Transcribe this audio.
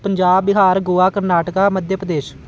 Punjab Bihar Goa Karnataka Madhya Pradesh